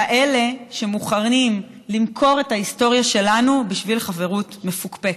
כאלה שמוכנים למכור את ההיסטוריה שלנו בשביל חברות מפוקפקת.